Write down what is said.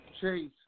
Chase